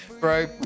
bro